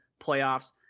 playoffs